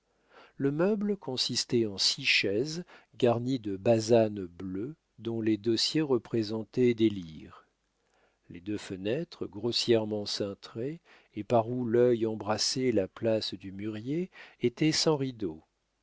le meuble consistait en six chaises garnies de basane bleue dont les dossiers représentaient des lyres les deux fenêtres grossièrement cintrées et par où l'œil embrassait la place du mûrier était sans rideaux